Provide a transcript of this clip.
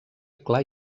clar